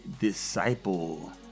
Disciple